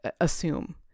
assume